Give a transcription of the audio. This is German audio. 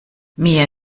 mir